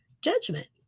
judgment